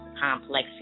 Complex